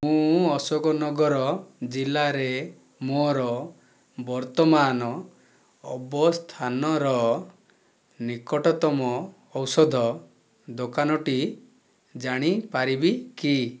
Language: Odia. ମୁଁ ଅଶୋକନଗର ଜିଲ୍ଲାରେ ମୋ'ର ବର୍ତ୍ତମାନ ଅବସ୍ଥାନର ନିକଟତମ ଔଷଧ ଦୋକାନଟି ଜାଣିପାରିବି କି